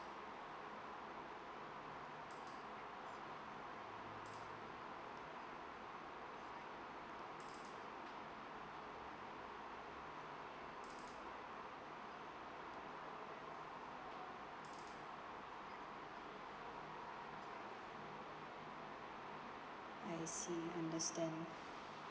I see understand